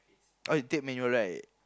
ah you take manual right